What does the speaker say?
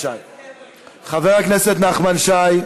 חבר הכנסת נחמן שי.